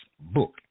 book